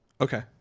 Okay